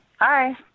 Hi